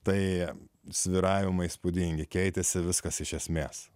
tai tie svyravimai įspūdingi keitėsi viskas iš esmės